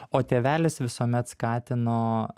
o tėvelis visuomet skatino